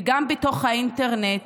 וגם באינטרנט,